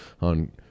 on